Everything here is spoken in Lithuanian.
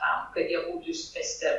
tam kad jie būtų išspręsti